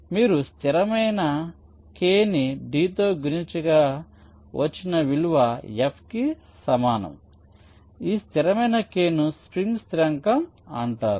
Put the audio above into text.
కాబట్టి మీరు స్థిరమైన k నీ d తో గుణించగా వచ్చిన విలువ F కి సమానము ఇక్కడ ఈ స్థిరమైన k ను స్ప్రింగ్ స్థిరాంకం అంటారు